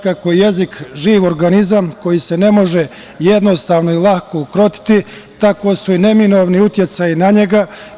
Kako je jezik živ organizam koji se ne može jednostavno i lako ukrotiti, tako su i neminovni uticaji na njega.